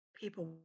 people